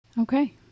Okay